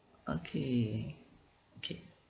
okay okay